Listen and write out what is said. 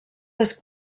les